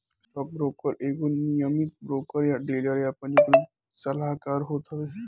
stockbroker एगो नियमित broker या डीलर या पंजीकृत सलाहकार होत हवे